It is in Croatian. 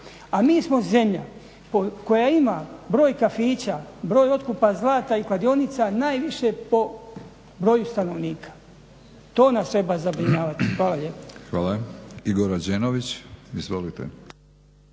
a mi smo zemlja koja ima broj kafića, broj otkupa zlata i kladionica najviše po broju stanovnika. To nas treba zabrinjavati. Hvala lijepa. **Batinić, Milorad